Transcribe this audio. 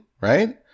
right